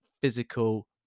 physical